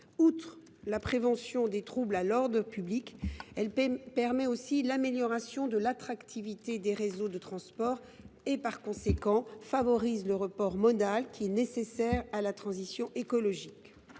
Outre la prévention des troubles à l’ordre public, elle permet l’amélioration de l’attractivité des réseaux de transport et, par conséquent, favorise le report modal nécessaire à la transition écologique.